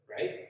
right